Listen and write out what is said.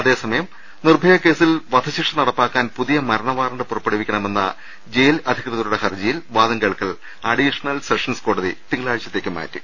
അതേസമയം നിർഭയ കേസിൽ വധശിക്ഷ നടപ്പാക്കാൻ പുതിയ മരണ വാറന്റ് പുറപ്പെടുവിക്കണമെന്ന ജയിൽ അധികൃത രുടെ ഹർജിയിൽ വാദം കേൾക്കൽ അഡീഷണൽ സെഷൻസ് കോടതി തിങ്കളാഴ്ച്ചത്തേയ്ക്ക് മാറ്റി